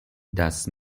das